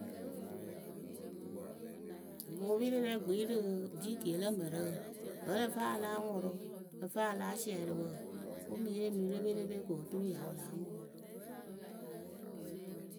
Gʊʊpirǝrɛ gbii rɨ bikiye lǝ mǝrǝ wǝ́ ǝ lǝ fɨ a láa ŋʊrʊ ǝ lǝ faa láa siɛrɩ wǝǝ wɨ ŋ mɨ yee mɨ reperepe ko opoturu ya wɨ lá ŋʊrʊ.